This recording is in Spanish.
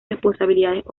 responsabilidades